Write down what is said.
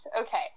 Okay